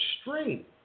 straight